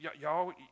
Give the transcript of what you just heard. y'all